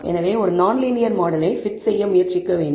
எனவே ஒரு நான்லீனியர் மாடலை நாம் fit செய்ய முயற்சிக்க வேண்டும்